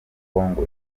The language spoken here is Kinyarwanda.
congo